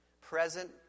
Present